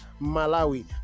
Malawi